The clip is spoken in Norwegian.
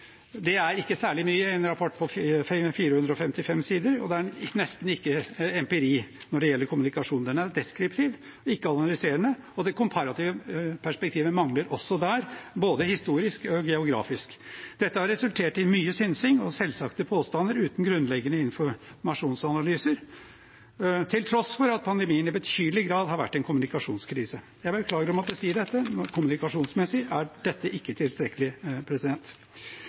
og det er nesten ikke empiri når det gjelder kommunikasjon. Den er deskriptiv og ikke analyserende, og det komparative perspektivet mangler også der, både historisk og geografisk. Dette har resultert i mye synsing og selvsagte påstander uten grunnleggende informasjonsanalyser, til tross for at pandemien i betydelig grad har vært en kommunikasjonskrise. Jeg beklager å måtte si dette, men kommunikasjonsmessig er dette ikke tilstrekkelig.